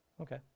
okay